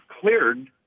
cleared